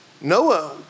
Noah